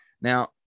Now